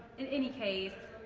in any case,